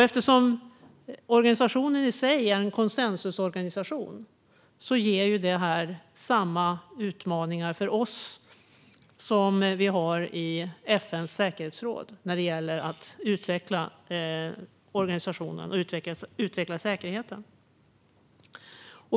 Eftersom organisationen i sig är en konsensusorganisation ger det här samma utmaningar för oss som vi har i FN:s säkerhetsråd när det gäller att utveckla organisationen och säkerheten.